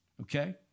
Okay